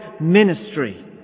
Ministry